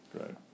right